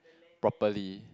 properly